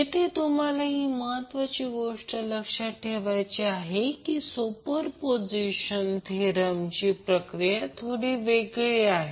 येथे तुम्हाला ही महत्वाची गोष्ट लक्ष्यात ठेवायची आहे की सुपरपोझिशन थेरमची प्रक्रिया थोडी वेगळी आहे